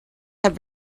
have